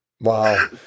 Wow